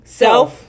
self